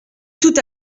tout